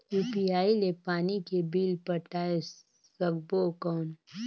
UPI ले पानी के बिल पटाय सकबो कौन?